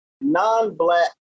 non-black